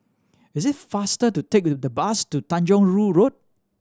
it is faster to take the bus to Tanjong Rhu Road